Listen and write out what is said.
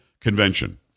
convention